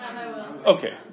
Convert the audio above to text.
Okay